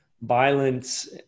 violence